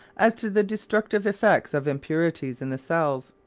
as to the destructive effects of impurities in the cells.